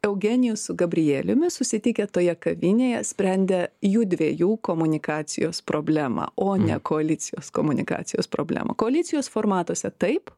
eugenijus su gabrieliumi susitikę toje kavinėje sprendė jųdviejų komunikacijos problemą o ne koalicijos komunikacijos problemą koalicijos formatuose taip